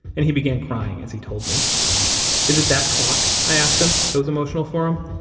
and he began crying as he told me is it that clock, i asked him, that was emotional for him?